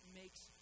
makes